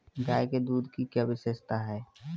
गाय के दूध की क्या विशेषता है?